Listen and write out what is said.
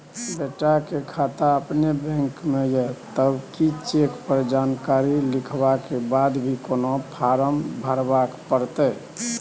बेटा के खाता अपने बैंक में ये तब की चेक पर जानकारी लिखवा के बाद भी कोनो फारम भरबाक परतै?